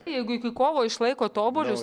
jeigu iki kovo išlaikot obuolius